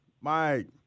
Mike